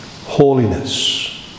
Holiness